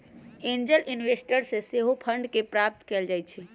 angel investors से सेहो fund के प्राप्त कएल जाइ छइ